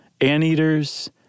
anteaters